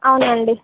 అవునండి